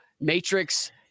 matrix